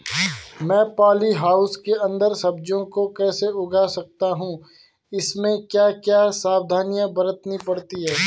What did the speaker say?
मैं poly house के अन्दर सब्जियों को कैसे उगा सकता हूँ इसमें क्या क्या सावधानियाँ बरतनी पड़ती है?